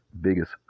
biggest